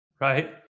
right